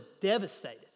devastated